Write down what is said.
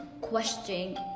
question